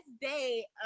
day